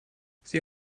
sie